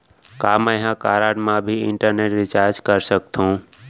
का मैं ह कारड मा भी इंटरनेट रिचार्ज कर सकथो